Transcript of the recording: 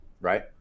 right